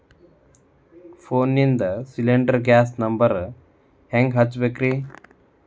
ಫೋನಿಂದ cylinder gas number ಹೆಂಗ್ ಹಚ್ಚ ಬೇಕ್ರಿ?